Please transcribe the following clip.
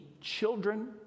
children